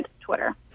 Twitter